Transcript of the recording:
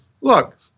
Look